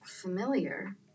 familiar